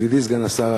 ידידי סגן השר,